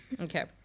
okay